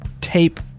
tape